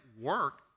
work